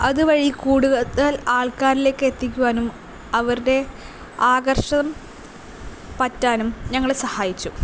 അതുവഴി കൂടുതൽ ആൾക്കാരിലേക്ക് എത്തിക്കുവാനും അവരുടെ ആകർഷം പറ്റുവാനും ഞങ്ങളെ സഹായിച്ചു